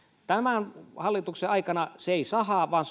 tämän hallituksen aikana ne eivät sahaa vaan